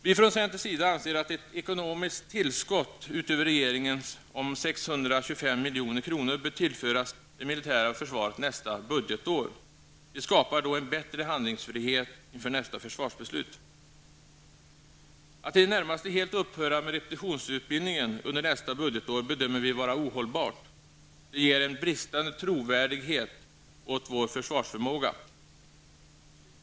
Vi från centerns sida anser att ett ekonomiskt tillskott utöver regeringens om 625 milj.kr. bör tillföras det militära försvaret nästa budgetår. Vi skapar då en bättre handlingsfrihet inför nästa försvarsbeslut. Att i det närmaste helt upphöra med repetitionsutbildningen under nästa budgetår bedömer vi vara ohållbart. Det ger en bristande trovärdighet åt vår försvarsförmåga.